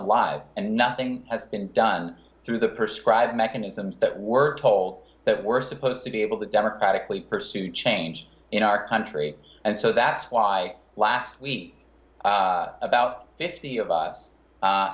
alive and nothing has been done through the perscribe mechanisms that we're told that we're supposed to be able to democratically pursue change in our country and so that's why last week about fifty of us a